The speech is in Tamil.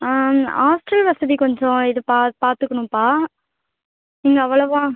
ஹாஸ்டல் வசதி கொஞ்சம் இது பா பார்த்துக்கணும்ப்பா இங்கே அவ்வளவாக